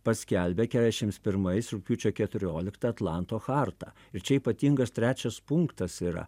paskelbė keturiasdešims pirmais rugpjūčio keturioliktą atlanto chartą ir čia ypatingas trečias punktas yra